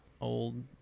old